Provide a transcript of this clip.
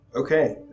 Okay